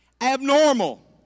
abnormal